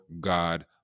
God